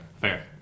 Fair